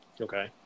Okay